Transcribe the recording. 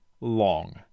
long